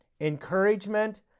encouragement